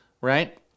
right